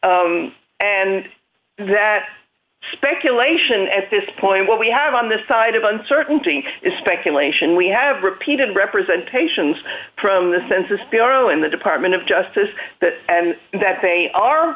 states and that speculation at this point what we have on this side of uncertainty is speculation we have repeated representations from the census bureau in the department of justice that they are